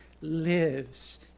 lives